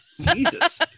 Jesus